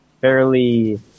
fairly